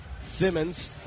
Simmons